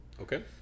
Okay